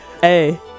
Hey